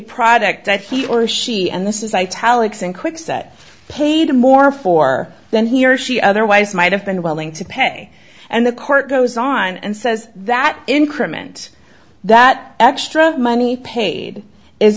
product that he or she and this is italics and kwikset paid more for than he or she otherwise might have been willing to pay and the court goes on and says that increment that extra money paid is